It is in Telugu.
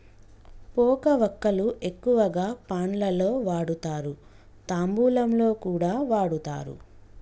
పోక వక్కలు ఎక్కువగా పాన్ లలో వాడుతారు, తాంబూలంలో కూడా వాడుతారు